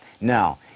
now